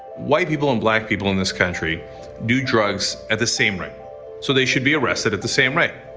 white people and black people in this country do drugs at the same rate so they should be arrested at the same rate,